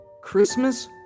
Christmas